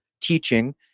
teaching